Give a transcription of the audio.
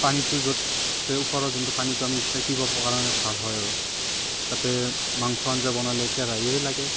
পানীটো যত ওপৰৰ পানীটো চেকিবৰ কাৰণে ভাল হয় আৰু তাতে মাংস আঞ্জা বনালে কেৰাহিয়ে লাগে